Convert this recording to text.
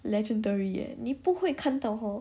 legendary eh 你不会看到 hor